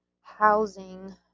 housing